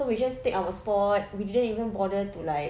so we just take our spot we didn't even bother to like